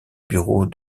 bureau